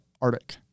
Arctic